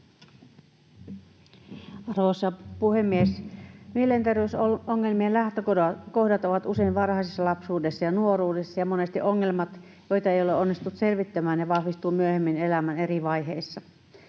Arvoisa puhemies! Mielenterveysongelmien lähtökohdat ovat usein varhaisessa lapsuudessa ja nuoruudessa, ja monesti ongelmat, joita ei ole onnistuttu selvittämään, vahvistuvat myöhemmin elämän eri vaiheissa.